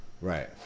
right